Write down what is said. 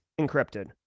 encrypted